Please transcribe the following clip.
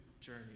journey